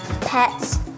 pets